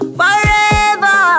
forever